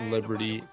Liberty